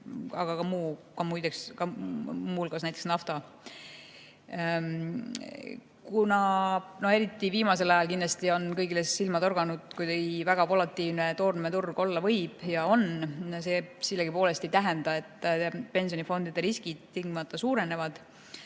aga ka muu, muu hulgas nafta. Eriti viimasel ajal on kindlasti kõigile silma torganud, kui volatiilne toormeturg olla võib ja on. See sellegipoolest ei tähenda, et pensionifondide riskid tingimata suurenevad.